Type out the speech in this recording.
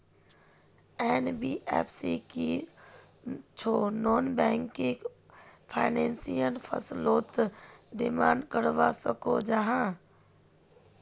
NBFC की छौ non banking financial फसलोत डिमांड करवा सकोहो जाहा?